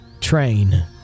train